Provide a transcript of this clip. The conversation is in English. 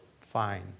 fine